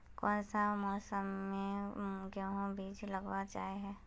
कोन सा मौसम में गेंहू के बीज लगावल जाय है